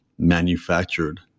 manufactured